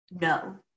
no